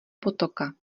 potoka